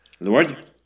Lord